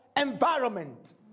environment